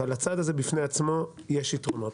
אבל הצעד הזה בפני עצמו יש יתרונות,